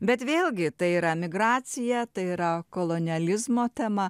bet vėlgi tai yra migracija tai yra kolonializmo tema